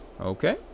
Okay